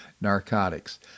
narcotics